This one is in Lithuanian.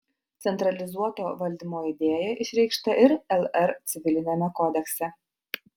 centralizuoto valdymo idėja išreikšta ir lr civiliniame kodekse